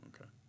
Okay